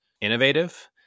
innovative